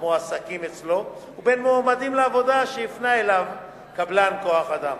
המועסקים אצלו ובין מועמדים לעבודה שהפנה אליו קבלן כוח-אדם.